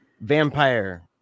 vampire